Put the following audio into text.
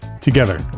together